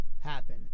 happen